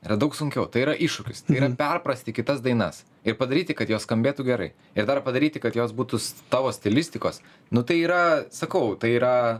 yra daug sunkiau tai yra iššūkis tai yra perprasti kitas dainas ir padaryti kad jos skambėtų gerai ir dar padaryti kad jos būtų tavo stilistikos nu tai yra sakau tai yra